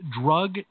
drug